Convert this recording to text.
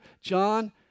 John